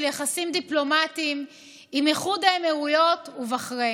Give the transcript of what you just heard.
יחסים דיפלומטיים עם איחוד האמירויות ובחריין.